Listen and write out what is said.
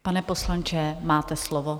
Pane poslanče, máte slovo.